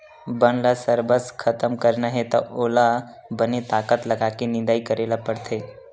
बन ल सरबस खतम करना हे त ओला बने ताकत लगाके निंदई करे ल परथे